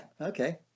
okay